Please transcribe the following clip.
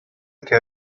che